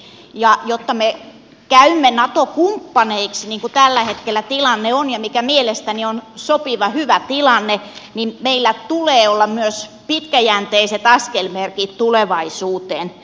jotta me käymme nato kumppaneiksi niin kuin tällä hetkellä tilanne on ja mikä mielestäni on sopiva hyvä tilanne meillä tulee olla myös pitkäjänteiset askelmerkit tulevaisuuteen